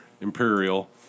Imperial